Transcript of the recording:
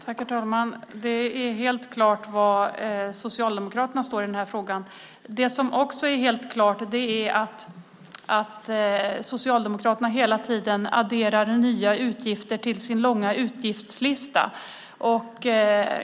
Herr talman! Det är helt klart var Socialdemokraterna står i den här frågan. Det som också är helt klart är att Socialdemokraterna hela tiden adderar nya utgifter till sin långa utgiftslista.